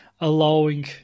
allowing